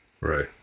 Right